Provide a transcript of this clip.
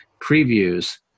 previews